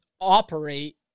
operate